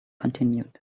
continued